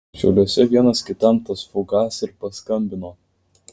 šiauliuose vienas kitam tas fugas ir paskambino